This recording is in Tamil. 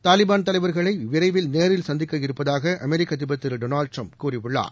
தாலிபான் தலைவர்களை விரைவில் நேரில் சந்திக்க இருப்பதாக அமெரிக்க அதிபர் திரு டொனால்டு ட்ரம்ப் கூறியுள்ளார்